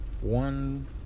one